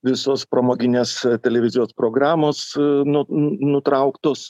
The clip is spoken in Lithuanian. visos pramoginės televizijos programos nu nutrauktos